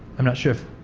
i'm not sure if,